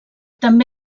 també